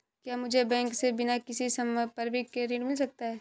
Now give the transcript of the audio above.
क्या मुझे बैंक से बिना किसी संपार्श्विक के ऋण मिल सकता है?